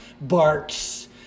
barks